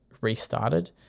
restarted